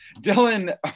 Dylan